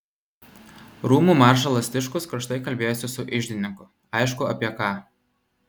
rūmų maršalas tiškus karštai kalbėjosi su iždininku aišku apie ką